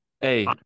hey